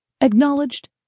acknowledged